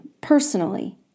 personally